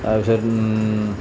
তাৰ পিছত